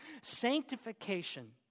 Sanctification